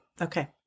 Okay